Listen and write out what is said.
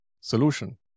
solution